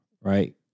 right